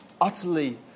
utterly